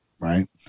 Right